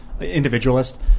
individualist